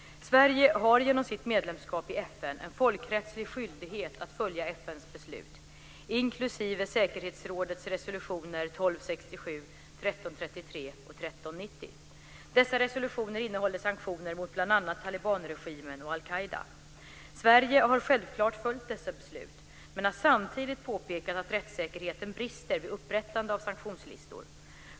Sverige har genom sitt medlemskap i FN en folkrättslig skyldighet att följa FN:s beslut, inklusive säkerhetsrådets resolutioner 1267, 1333 och 1390. Dessa resolutioner innehåller sanktioner mot bl.a. talibanregimen och Al-Qaida. Sverige har självklart följt dessa beslut, men har samtidigt påpekat att rättssäkerheten brister vid upprättande av sanktionslistor.